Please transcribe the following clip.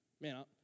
Man